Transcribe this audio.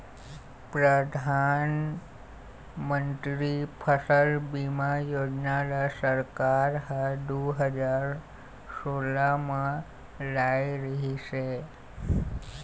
परधानमंतरी फसल बीमा योजना ल सरकार ह दू हजार सोला म लाए रिहिस हे